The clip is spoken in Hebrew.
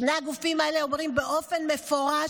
שני הגופים האלה אומרים באופן מפורש: